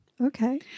okay